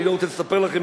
אני לא רוצה לספר לכם,